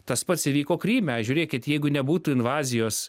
tas pats įvyko kryme žiūrėkit jeigu nebūtų invazijos